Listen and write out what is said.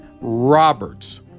Roberts